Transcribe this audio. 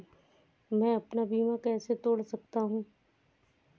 मैं अपना बीमा कैसे तोड़ सकता हूँ?